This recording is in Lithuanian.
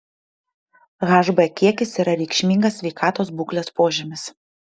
hb kiekis yra reikšmingas sveikatos būklės požymis